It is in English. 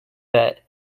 bet